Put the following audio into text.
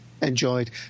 Enjoyed